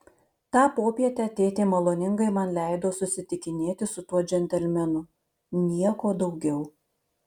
tą popietę tėtė maloningai man leido susitikinėti su tuo džentelmenu nieko daugiau